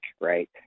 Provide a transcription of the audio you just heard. right